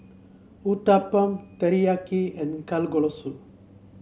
Uthapam Teriyaki and Kalguksu